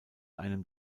einem